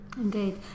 Indeed